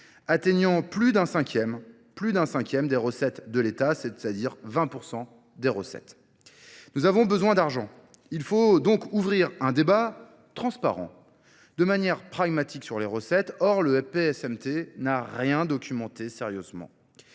atteignant plus d'un cinquième des recettes de l'État, c'est-à-dire 20% des recettes. Nous avons besoin d'argent. Il faut donc ouvrir un débat transparent, de manière pragmatique sur les recettes. Or, le PSMT n'a rien documenté sérieusement.